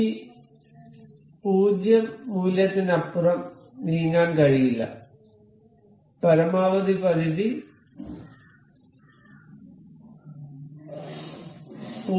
ഈ 0 മൂല്യത്തിനപ്പുറം നീങ്ങാൻ കഴിയില്ല പരമാവധി പരിധി 0